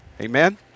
Amen